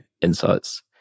Insights